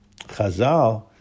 Chazal